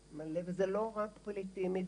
זה לא רק פליטים מדארפור,